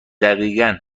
دقیقا